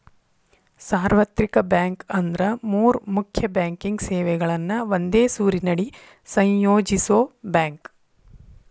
ಸಾರ್ವತ್ರಿಕ ಬ್ಯಾಂಕ್ ಅಂದ್ರ ಮೂರ್ ಮುಖ್ಯ ಬ್ಯಾಂಕಿಂಗ್ ಸೇವೆಗಳನ್ನ ಒಂದೇ ಸೂರಿನಡಿ ಸಂಯೋಜಿಸೋ ಬ್ಯಾಂಕ್